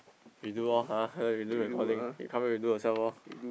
redo lor redo recording you come back and do yourself lor